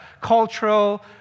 cultural